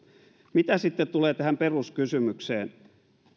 mitä sitten tulee tähän peruskysymykseen